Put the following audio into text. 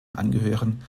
angehören